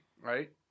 right